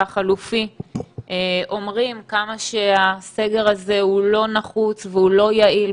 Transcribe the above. החלופי אומרים כמה שהסגר הזה הוא לא נחוץ והוא לא יעיל,